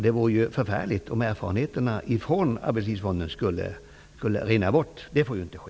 Det vore förfärligt om erfarenheterna i arbetslivsfonden skulle rinna bort. Det får inte ske.